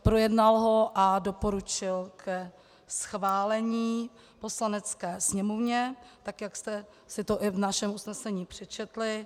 Projednal ho a doporučil ke schválení Poslanecké sněmovně tak, jak jste si to i v našem usnesení přečetli.